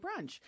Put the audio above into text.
brunch